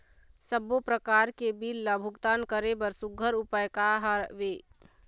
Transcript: सबों प्रकार के बिल ला भुगतान करे बर सुघ्घर उपाय का हा वे?